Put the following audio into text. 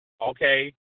okay